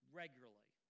regularly